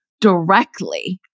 directly